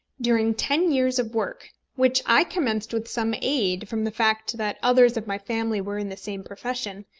during ten years of work, which i commenced with some aid from the fact that others of my family were in the same profession,